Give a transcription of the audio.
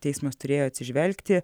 teismas turėjo atsižvelgti